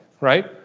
Right